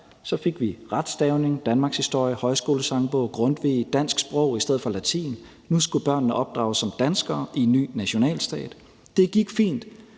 Så fik vi retstavning, danmarkshistorie, højskolesangbog, Grundtvig og dansk sprog i stedet for latin. Nu skulle børnene opdrages som danskere i en ny nationalstat. Kl. 11:14 Det gik fint,